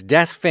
Death